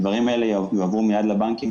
הדברים האלה יועברו מיד לבנקים,